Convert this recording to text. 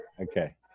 Okay